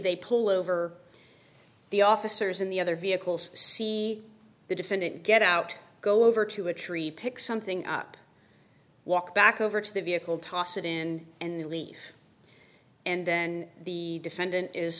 they pull over the officers in the other vehicles see the defendant get out go over to a tree pick something up walk back over to the vehicle toss it in and they leave and then the defendant is